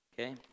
Okay